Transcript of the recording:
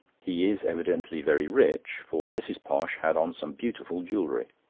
he is evidently very rich, for mrs. posh had on some beautiful jewellery.